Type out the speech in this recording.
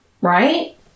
right